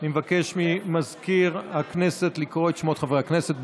אני מבקש ממזכיר הכנסת לקרוא את שמות חברי הכנסת,